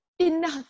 enough